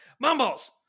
mumbles